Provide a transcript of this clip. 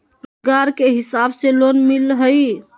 रोजगार के हिसाब से लोन मिलहई?